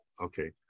okay